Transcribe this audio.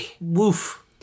Woof